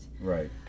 Right